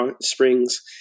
springs